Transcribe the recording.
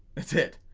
that's it.